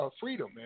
freedom